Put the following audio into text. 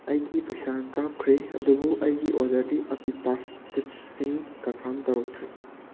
ꯑꯩꯒꯤ ꯄꯩꯁꯥ ꯀꯥꯞꯈ꯭ꯔꯦ ꯑꯗꯨꯕꯨ ꯑꯩꯒꯤ ꯑꯣꯗꯔꯗꯤ ꯑꯞꯄꯤꯇꯥꯁ ꯆꯤꯞꯁꯁꯤꯡ ꯀꯟꯐꯥꯝ ꯇꯧꯔꯛꯇ꯭ꯔꯤ